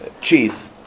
cheese